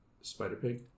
Spider-Pig